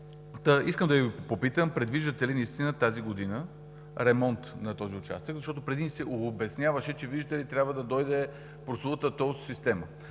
Искам да Ви попитам: предвиждате ли наистина през тази година ремонт на този участък? Защото преди ни се обясняваше, че, виждате ли, трябва да дойде прословутата тол система.